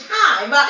time